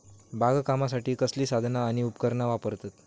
बागकामासाठी कसली साधना आणि उपकरणा वापरतत?